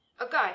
Okay